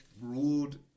ruled